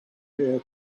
here